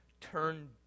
turn